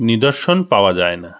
নিদর্শন পাওয়া যায় না